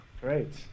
great